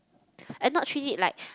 and not treat it like